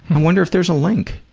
i wonder if there's a link.